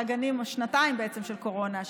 או בעצם שנתיים של קורונה,